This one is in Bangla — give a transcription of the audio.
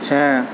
হ্যাঁ